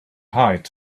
height